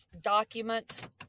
documents